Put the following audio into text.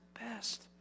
best